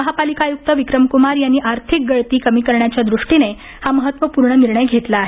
महापालिका आयुक्त विक्रम क्मार यांनी आर्थिक गळती कमी करण्याच्या दृष्टीने हा महत्त्वपूर्ण निर्णय घेतला आहे